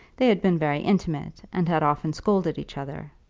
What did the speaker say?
they had been very intimate and had often scolded each other.